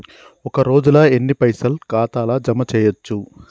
ఒక రోజుల ఎన్ని పైసల్ ఖాతా ల జమ చేయచ్చు?